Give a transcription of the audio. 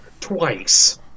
Twice